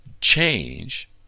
change